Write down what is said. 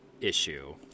issue